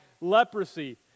leprosy